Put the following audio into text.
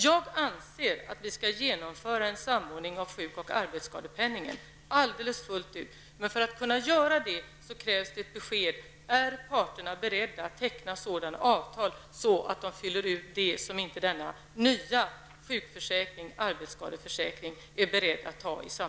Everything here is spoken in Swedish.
Jag anser att en samordning av sjuk och arbetsskadepenningen skall genomföras fullt ut. Då krävs emellertid besked om huruvida parterna är beredda att teckna sådana avtal som fyller ut det som inte omfattas av den nya sjuk och arbetsskadeförsäkringen.